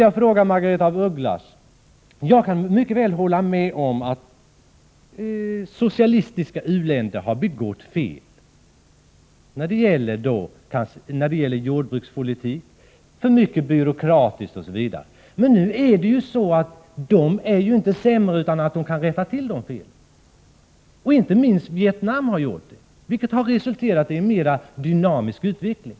Jag kan mycket väl hålla med Margaretha af Ugglas om att socialistiska u-länder har begått fel när det gäller jordbrukspolitik, att man har för mycket byråkrati osv. Men dessa länder är inte sämre än att de kan rätta till dessa fel. Inte minst Vietnam har rättat till sådana fel, vilket har resulterat i en mer dynamisk utveckling.